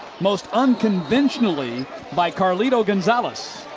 most unconventionally by carlito gonzalez.